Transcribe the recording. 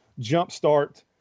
jumpstart